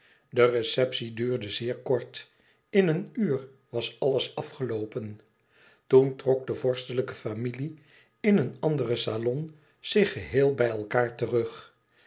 de receptie duurde zeer kort in een uur was alles afgeloopen toen trok de vorstelijke familie in een anderen salon zich geheel bij elkaâr terug